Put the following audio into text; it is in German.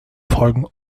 folgen